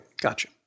Gotcha